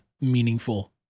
meaningful